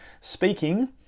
speaking